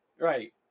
Right